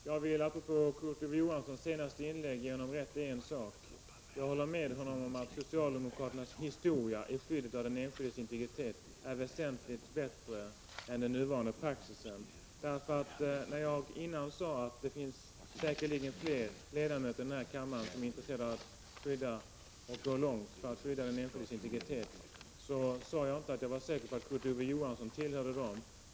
Herr talman! Jag vill ge Kurt Ove Johansson rätt i en sak som han sade i sitt senaste inlägg. Jag håller med honom om att socialdemokraternas historia 141 när det gäller skyddet av den enskildes integritet är väsentligt bättre än nuvarande praxis. Jag sade tidigare att det säkerligen finns flera ledamöter här i kammaren som är intresserade av att gå långt för att skydda den enskildes integritet, men jag sade inte att jag var säker på att Kurt Ove Johansson tillhörde dem.